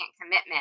commitment